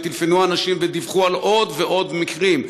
וטלפנו אנשים ודיווחו על עוד ועוד מקרים,